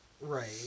Right